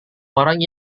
orang